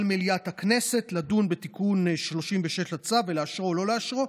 על מליאת הכנסת לדון בתיקון 36 לצו ולאשרו או שלא לאשרו,